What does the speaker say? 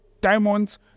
diamonds